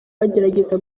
bagerageza